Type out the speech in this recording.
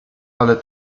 ale